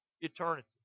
eternity